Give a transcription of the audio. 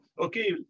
Okay